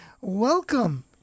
welcome